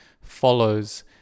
follows